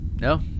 No